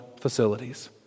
facilities